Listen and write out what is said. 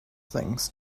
things